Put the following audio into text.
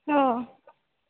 हो